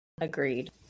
agreed